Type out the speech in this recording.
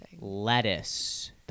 Lettuce